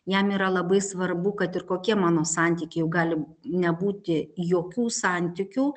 jam yra labai svarbu kad ir kokie mano santykiai galim nebūti jokių santykių